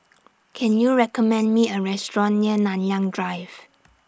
Can YOU recommend Me A Restaurant near Nanyang Drive